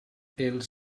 els